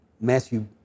Matthew